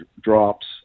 drops